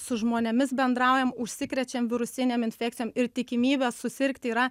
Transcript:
su žmonėmis bendraujam užsikrečiam virusinėm infekcijom ir tikimybė susirgti yra